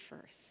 first